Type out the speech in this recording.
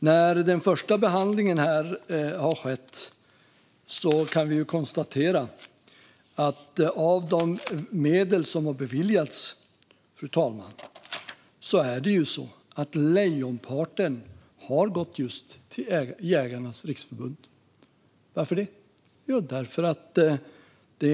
När den första behandlingen har skett kan vi konstatera att av de medel som har beviljats har lejonparten gått just till Jägarnas Riksförbund. Och varför det?